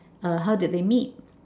uh how did they meet